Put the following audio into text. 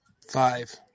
Five